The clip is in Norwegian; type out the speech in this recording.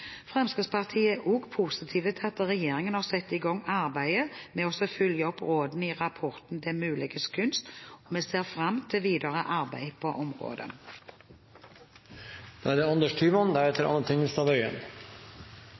gang arbeidet med å følge opp rådene i rapporten Det muliges kunst. Vi ser fram til videre arbeid på